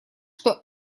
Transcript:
что